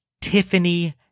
Tiffany